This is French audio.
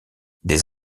des